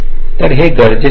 तर ही गरज आहे